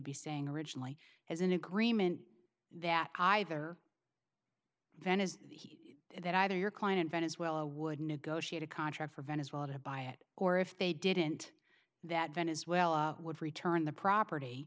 be saying originally as an agreement that either event is he then either your client in venezuela would negotiate a contract for venezuela to buy it or if they didn't that venezuela would return the property